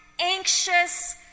anxious